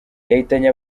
yahitanye